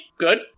good